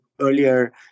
earlier